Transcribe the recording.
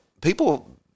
People